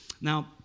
Now